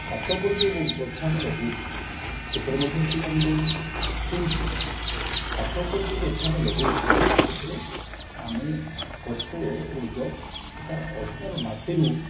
ଛାତ ଉପରେ ଯେଉଁ ଗଛ ଆମେ ଲଗାଉଛେ ସେଥିରେ ମଧ୍ୟ ସେଇ ଆମେ ଦେଉଛେ କିନ୍ତୁ ଛାତ ଉପରେ ଯେଉଁ ଗଛ ଆମେ ଲଗାଉଛେ ସେଥିରେ ଆମେ ଗଛଗୁଡ଼ିକ ସେଇଟା ଅର୍ଜିନାଲ ମାଟିରୁ